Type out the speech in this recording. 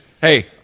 Hey